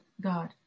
God